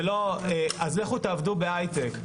זה לא 'אז לכו תעבדו בהיי-טק'.